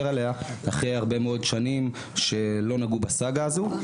עליה אחרי הרבה מאוד שנים שלא נגעו בסאגה הזו.